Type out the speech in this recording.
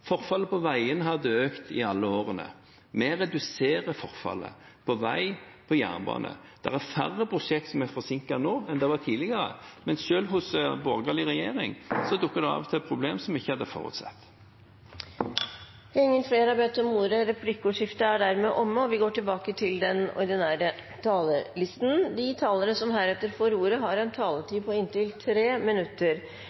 Forfallet på veiene hadde økt i alle årene. Vi reduserer forfallet på vei og på jernbane. Det er færre prosjekt som er forsinket nå, enn det var tidligere, men selv hos en borgerlig regjering dukker det av og til opp problem som vi ikke hadde forutsett. Replikkordskiftet er omme. De talere som heretter får ordet, har en taletid på inntil 3 minutter. Et av de